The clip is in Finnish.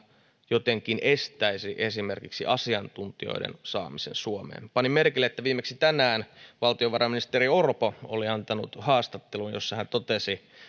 jotenkin estäisi esimerkiksi asiantuntijoiden saamisen suomeen panin merkille että viimeksi tänään valtiovarainministeri orpo oli antanut haastattelun jossa hän totesi